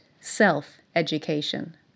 self-education